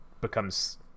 becomes